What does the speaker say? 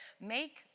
make